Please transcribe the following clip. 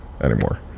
anymore